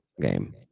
game